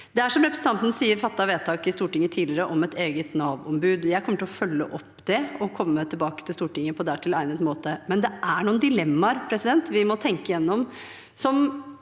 i Stortinget tidligere om et eget Nav-ombud. Jeg kommer til å følge opp det og komme tilbake til Stortinget på dertil egnet måte. Det er noen dilemmaer vi må tenke igjennom,